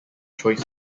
choice